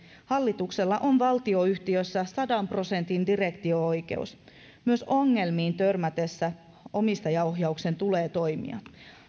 hallituksella on valtionyhtiössä sadan prosentin direktio oikeus myös ongelmiin törmättäessä omistajaohjauksen tulee toimia